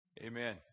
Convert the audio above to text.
Amen